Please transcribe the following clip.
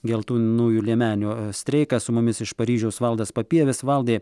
geltonųjų liemenių streiką su mumis iš paryžiaus valdas papievis valdai